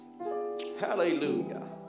Hallelujah